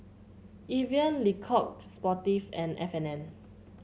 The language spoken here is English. Evian Le Coq Sportif and F and N